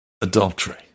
adultery